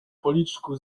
policzku